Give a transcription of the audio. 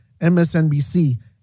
MSNBC